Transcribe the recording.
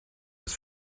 ist